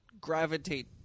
gravitate